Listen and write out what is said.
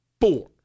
Four